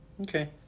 Okay